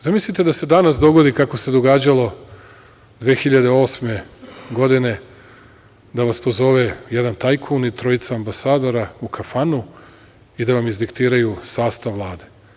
Zamislite da se danas dogodi, kako se događalo 2008. godine, da vas pozove jedan tajkun i trojica ambasadora u kafanu i da vam izdiktiraju sastav Vlade.